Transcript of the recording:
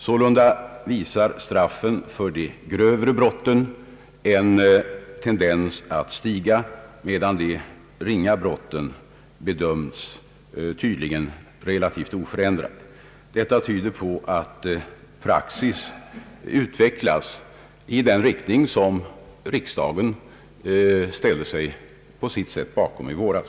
Sålunda visar antalet straff för de grövre brotten en tendens att öka, under det att de ringa brotten tydligen bedöms vara relativt oförändrade. Detta tyder på att praxis utvecklas i den riktning som riksdagen på sitt sätt tänkt sig genom sitt beslut i våras.